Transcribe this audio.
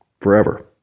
forever